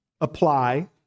apply